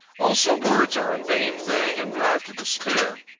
also, words are a vain thing and drive to despair.